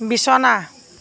বিছনা